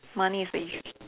money is very